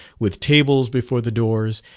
with tables before the doors,